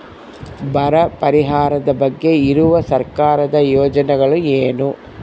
ಬರ ಪರಿಹಾರದ ಬಗ್ಗೆ ಇರುವ ಸರ್ಕಾರದ ಯೋಜನೆಗಳು ಏನು?